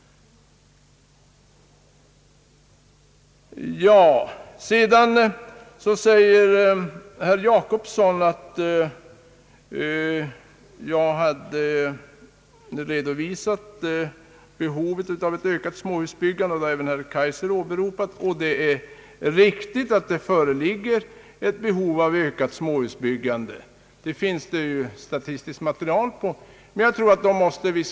Herr Jacobsson säger att jag hade redovisat behovet av ett ökat småhusbyggande, vilket även herr Kaijser åberopat. Det är riktigt att det föreligger ett behov av ökat småhusbyggande. Det finns statistiskt material som visar den saken.